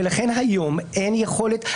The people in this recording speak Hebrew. ולכן היום אין יכולת.